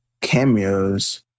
cameos